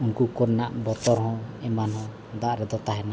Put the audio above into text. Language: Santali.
ᱩᱱᱠᱩ ᱠᱚ ᱨᱮᱱᱟᱜ ᱵᱚᱛᱚᱨ ᱦᱚᱸ ᱮᱢᱟᱱ ᱦᱚᱸ ᱫᱟᱜ ᱨᱮᱫᱚ ᱛᱟᱦᱮᱱᱟ